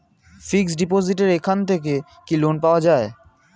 Fix ডিপোজিটের এখান থেকে কি লোন পাওয়া যায়?